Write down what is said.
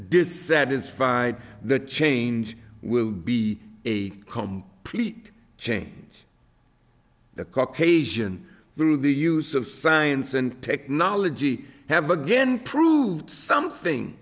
dissatisfied the change will be a come preet change the caucasian through the use of science and technology have again proved something